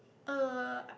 uh